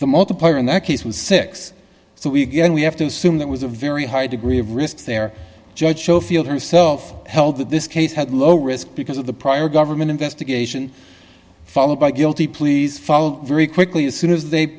the multiplier in that case was six so we again we have to assume that was a very high degree of risk there judge show field herself held that this case had low risk because of the prior government investigation followed by guilty pleas followed very quickly as soon as they